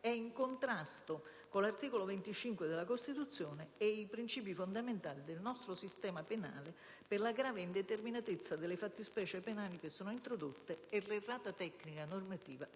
è in contrasto con l'articolo 25 della Costituzione e i princìpi fondamentali del nostro sistema penale, per la grave indeterminatezza delle fattispecie penali introdotte e l'errata tecnica normativa